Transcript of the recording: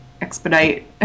expedite